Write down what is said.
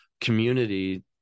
community